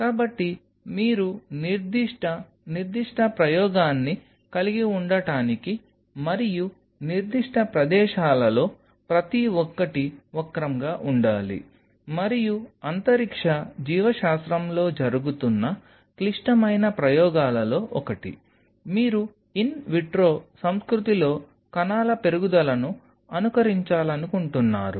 కాబట్టి మీరు నిర్దిష్ట నిర్దిష్ట ప్రయోగాన్ని కలిగి ఉండటానికి మరియు నిర్దిష్ట ప్రదేశాలలో ప్రతి ఒక్కటి వక్రంగా ఉండాలి మరియు అంతరిక్ష జీవశాస్త్రంలో జరుగుతున్న క్లిష్టమైన ప్రయోగాలలో ఒకటి మీరు ఇన్ విట్రో సంస్కృతిలో కణాల పెరుగుదలను అనుకరించాలనుకుంటున్నారు